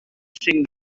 things